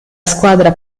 squadra